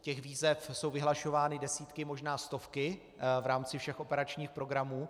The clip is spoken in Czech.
Těch výzev jsou vyhlašovány desítky, možná stovky v rámci všech operačních programů.